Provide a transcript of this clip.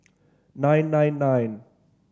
nine nine nine